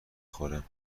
خورم